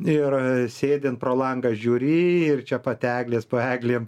ir sėdi pro langą žiūri ir čia pat eglės po eglėm